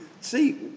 See